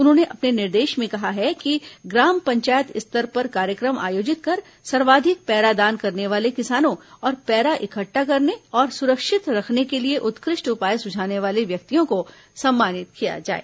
उन्होंने अपने निर्देश में कहा है कि ग्राम पंचायत स्तर पर कार्यक्रम आयोजित कर सर्वाधिक पैरा दान करने वाले किसानों और पैरा इकट्ठा करने तथा सुरक्षित रखने के लिए उत्कृष्ट उपाए सुझाने वाले व्यक्तियों को सम्मानित किया जाए